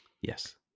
Yes